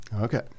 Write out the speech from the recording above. Okay